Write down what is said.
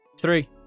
three